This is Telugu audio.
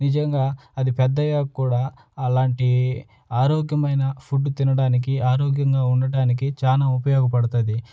నిజంగా అది పెద్దయ్యాక కూడా అలాంటి ఆరోగ్యమైన ఫుడ్డు తినడానికి ఆరోగ్యంగా ఉండడానికి చాలా ఉపయోగపడుతుంది